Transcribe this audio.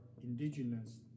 indigenous